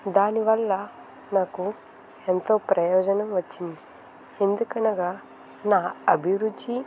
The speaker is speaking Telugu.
దానివల్ల నాకు ఎంతో ప్రయోజనం వచ్చింది ఎందుకనగా నా అభిరుచి